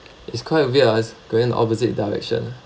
it's quite weird ah it's going the opposite direction